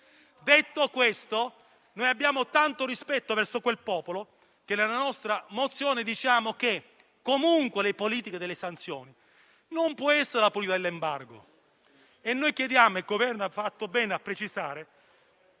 Detto questo, noi abbiamo tanto rispetto verso quel popolo che nella mozione che abbiamo presentato affermiamo che comunque la politica delle sanzioni non può essere la politica dell'embargo. Chiediamo - e il Governo ha fatto bene a precisarlo